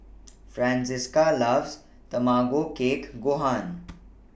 Francisca loves Tamago Kake Gohan